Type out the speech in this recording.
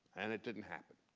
and it didn't happen.